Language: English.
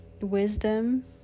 wisdom